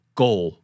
goal